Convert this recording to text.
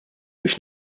biex